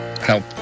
help